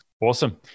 Awesome